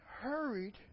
hurried